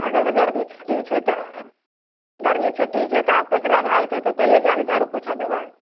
आ जाहिमे गर्मीके छुट्टी छै तऽ गर्मी छुट्टी छै तऽ आब कचड़ा भए जेतै तऽ तैयो जाकए झाड़ू पोछा देबै